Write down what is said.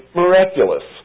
miraculous